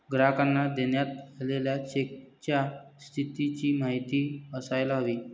ग्राहकांना देण्यात आलेल्या चेकच्या स्थितीची माहिती असायला हवी